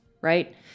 right